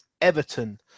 Everton